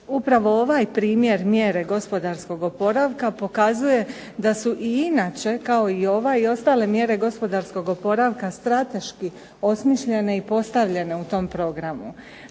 upravo ovaj primjer mjere gospodarskog oporavka pokazuje da su i inače kao i ova i ostale mjere gospodarskog oporavka strateški osmišljene i postavljene u tom programu.